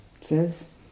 says